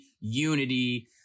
unity